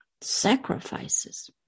sacrifices